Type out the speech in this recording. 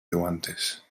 guantes